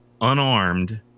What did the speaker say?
unarmed